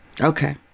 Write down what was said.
Okay